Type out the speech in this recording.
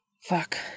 Fuck